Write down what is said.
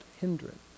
hindrance